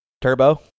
Turbo